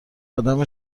آدم